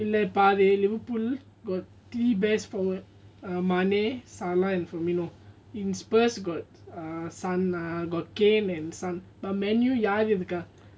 liverpool got three best forward mane salah firmino in spurs got err son got kane and son but man U யார்இருக்கா:yar iruka